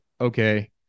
okay